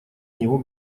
него